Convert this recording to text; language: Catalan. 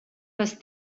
les